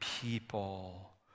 people